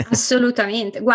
Assolutamente